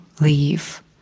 leave